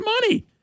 money